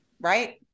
right